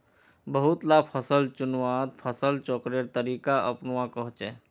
बहुत ला फसल चुन्वात फसल चक्रेर तरीका अपनुआ कोह्चे